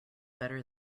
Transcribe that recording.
better